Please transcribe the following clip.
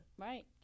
Right